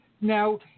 Now